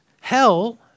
hell